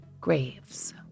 graves